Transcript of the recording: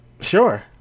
Sure